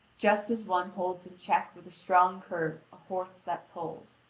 just as one holds in check with a strong curb a horse that pulls.